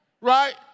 Right